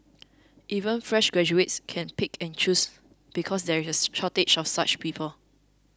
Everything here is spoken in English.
even fresh graduates can pick and choose because there is a shortage of such people